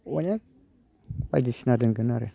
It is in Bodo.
अनेक बायदिसिना दोनगोन आरो